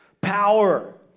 Power